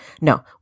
No